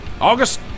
August